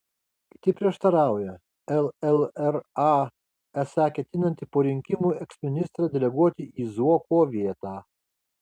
kiti prieštarauja llra esą ketinanti po rinkimų eksministrą deleguoti į zuoko vietą